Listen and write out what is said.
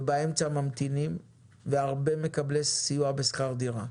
ובאמצע ממתינים ויש הרבה מקבלי סיוע בשכר דירה.